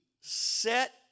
set